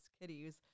kitties